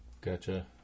Gotcha